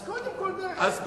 אז קודם כול דרך ארץ.